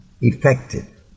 effective